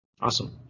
Awesome